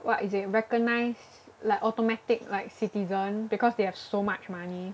what is it a recognised like automatic like citizen because they have so much money